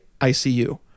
ICU